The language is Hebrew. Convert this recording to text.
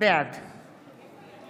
בעד